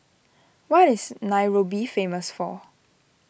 what is Nairobi famous for